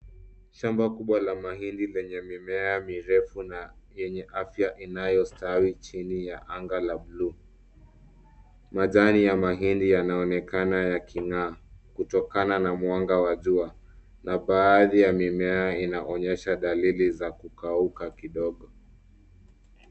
Shamba kubwa la mahindi lenye mimea mirefu na yenye afya inayostawi chini ya anga la buluu. Majani ya mahindi yanaonekana yaking'aa kutokana na mwanga wa jua na baadhi ya mimea inaonyesha dalili za kukauka kidogo.